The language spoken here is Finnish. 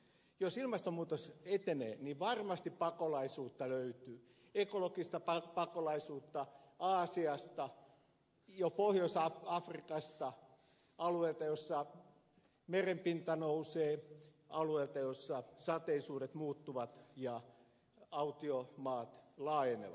jos ilmastonmuutos etenee niin varmasti pakolaisuutta löytyy ekologista pakolaisuutta aasiasta ja pohjois afrikasta alueilta joilla merenpinta nousee alueilta joilla sateisuudet muuttuvat ja autiomaat laajenevat